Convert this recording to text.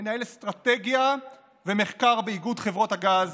מנהל אסטרטגיה ומחקר באיגוד חברות הגז,